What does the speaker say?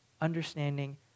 understanding